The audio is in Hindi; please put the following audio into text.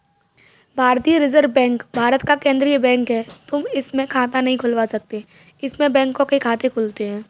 भारतीय रिजर्व बैंक भारत का केन्द्रीय बैंक है, तुम इसमें खाता नहीं खुलवा सकते इसमें बैंकों के खाते खुलते हैं